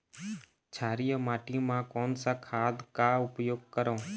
क्षारीय माटी मा कोन सा खाद का उपयोग करों?